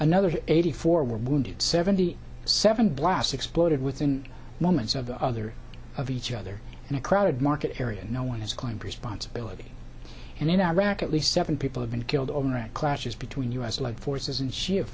another eighty four were wounded seventy seven blasts exploded within moments of the other of each other in a crowded market area and no one has claimed responsibility and in iraq at least seven people have been killed overnight clashes between u s led forces and shi